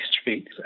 Street